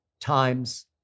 times